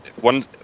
one